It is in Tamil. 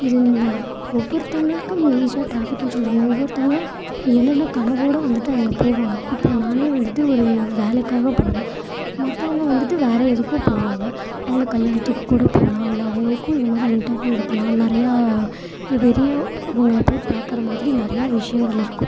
இது நீங்கள் ஒவ்வொருத்தங்களுக்கும் நீங்கள் ஈஸியாக டிராஃபிக்னு சொல்கிறீங்க ஒவ்வொருத்தங்க என்னென்ன கனவோடு வந்துட்டு அங்கே போவாங்க இப்போ நானே வந்துட்டு ஒரு வேலைக்காக போகிறேன் மத்தவங்க வந்துட்டு வேறே எதுக்கும் போவாங்க அவங்க கல்யாணத்துக்கு கூட போகலாம் இல்லை அவங்களுக்கும் இந்த மாதிரி இன்டர்வியூ இருக்குலாம் நிறையா பெரியவங்களை போய் பார்க்குற மாதிரி நிறையா விஷயங்கள் இருக்கும்